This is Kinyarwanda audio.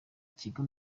kigo